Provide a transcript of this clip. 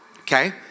okay